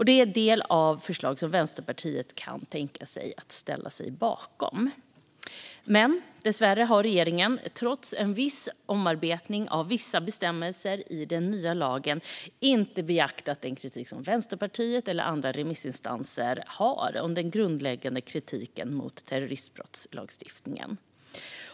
Det är en del av förslaget som Vänsterpartiet kan tänka sig att ställa sig bakom. Dessvärre har regeringen, trots viss omarbetning av vissa bestämmelser i den nya lagen, inte beaktat Vänsterpartiets och olika remissinstansers grundläggande kritik mot terroristbrottslagstiftningen.